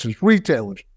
retailers